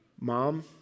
Mom